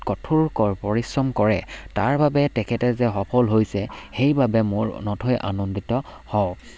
কঠোৰ পৰিশ্ৰম কৰে তাৰ বাবে তেখেতে যে সফল হৈছে সেইবাবে মোৰ নথৈ আনন্দিত হওঁ